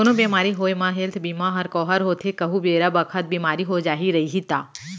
कोनो बेमारी होये म हेल्थ बीमा ह कव्हर होथे कहूं बेरा बखत बीमा हो जाही रइही ता